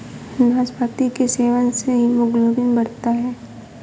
नाशपाती के सेवन से हीमोग्लोबिन बढ़ता है